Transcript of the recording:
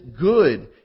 good